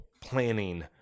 planning